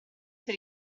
per